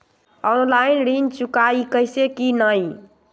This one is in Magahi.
ऑनलाइन ऋण चुकाई कईसे की ञाई?